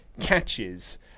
catches